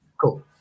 Cool